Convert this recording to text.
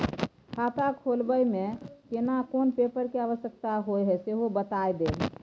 खाता खोलैबय में केना कोन पेपर के आवश्यकता होए हैं सेहो बता देब?